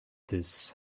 this